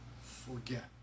forget